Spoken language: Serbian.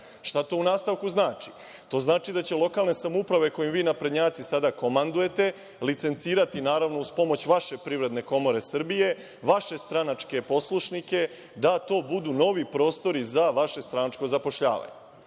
to u nastavku znači? To znači da će lokalne samouprave, kojim vi naprednjaci sada komandujete, licencirati, naravno uz pomoć vaše Privredne komore Srbije, vaše stranačke poslušnike da to budu novi prostori za vaše stranačko zapošljavanje.